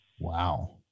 Wow